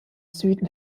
süden